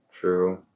True